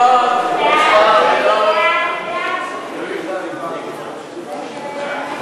ההצעה להעביר את הצעת חוק לתיקון פקודת בתי-הסוהר